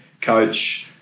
coach